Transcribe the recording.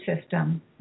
system